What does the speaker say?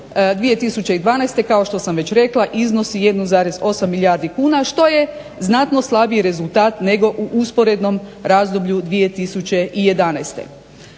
2012., kao što sam već rekla, iznosi 1,8 milijardi kuna što je znatno slabiji rezultat nego u usporednom razdoblju 2011.